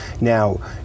Now